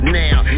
now